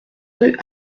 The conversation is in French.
rue